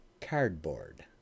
cardboard